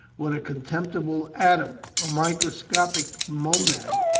what a con temptible atom, a microscopic monad,